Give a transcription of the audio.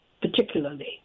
particularly